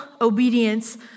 obedience